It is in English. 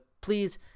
please